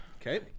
Okay